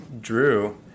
Drew